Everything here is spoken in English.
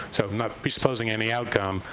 so i'm not presupposing any outcome,